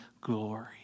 glory